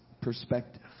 perspective